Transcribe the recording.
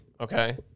okay